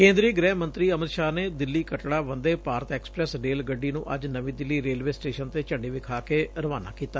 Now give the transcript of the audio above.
ਕੇਂਦਰੀ ਗੁਹਿ ਮੰਤਰੀ ਅਮਿਤ ਸ਼ਾਹ ਨੇ ਦਿੱਲੀ ਕਟੱੜਾ ਵੰਦੇ ਭਾਰਤ ਐਕਸਪੈਸ ਰੇਲ ਗੱਡੀ ਨੂੰ ਅੱਜ ਨਵੀਂ ਦਿੱਲੀ ਰੇਲਵੇ ਸਟੇਸ਼ਨ ਤੇ ਝੰਡੀ ਵਿਖਾ ਕੇ ਰਵਾਨਾ ਕੀਤਾ